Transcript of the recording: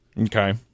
okay